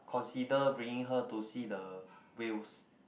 consider bringing her to see the whales